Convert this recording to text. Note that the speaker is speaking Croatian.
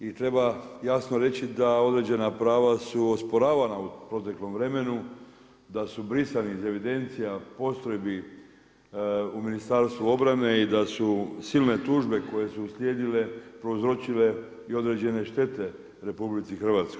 I treba jasno reći da određena prava su osporavana u proteklom vremenu, da su brisani iz evidencija, postrojbi u Ministarstvu obrane i da su silne tužbe koje su uslijedile prouzročile i određene štete RH.